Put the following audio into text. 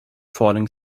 falling